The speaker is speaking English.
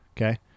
Okay